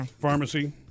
Pharmacy